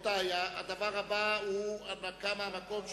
ועדת העבודה.